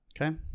Okay